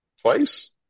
Twice